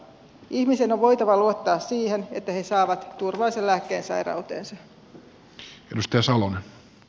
ihmisten on voitava luottaa siihen että he saavat turvallisen lääkkeen sairauteensa